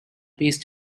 based